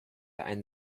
einen